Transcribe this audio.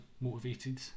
motivated